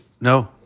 No